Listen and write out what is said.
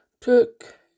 took